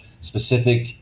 specific